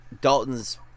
Dalton's